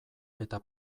eta